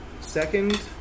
Second